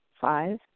Five